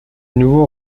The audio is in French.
nouveaux